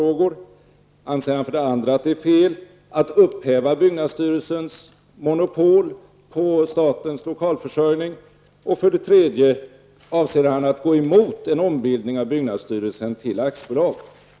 Anser Hans Gustafsson för det andra att det är fel att upphäva byggnadsstyrelsens monopol på statens lokalförsörjning? Avser Hans Gustafsson för det tredje att gå emot en ombildning av byggnadsstyrelsen till aktiebolag?